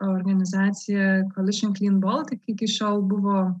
organizacija kolišin klyn boltik iki šiol buvo